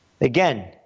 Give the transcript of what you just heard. Again